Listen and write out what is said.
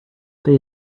they